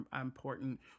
important